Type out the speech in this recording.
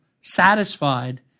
satisfied